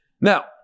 Now